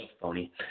phony